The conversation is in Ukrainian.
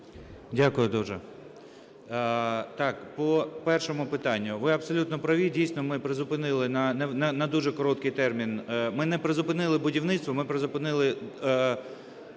Дякую дуже. Так, по першому питанню. Ви абсолютно праві, дійсно, ми призупинили на дуже короткий термін, ми не призупинили будівництво, ми призупинили